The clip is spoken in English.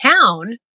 town